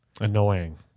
Annoying